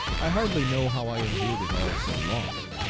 i hardly know how i endured it all so long.